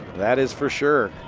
that is for sure.